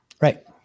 Right